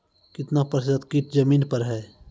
कितना प्रतिसत कीट जमीन पर हैं?